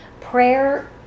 prayer